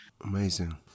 Amazing